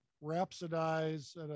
rhapsodize